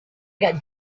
got